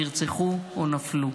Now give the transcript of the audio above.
נרצחו או נפלו.